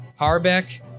Harbeck